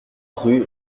rue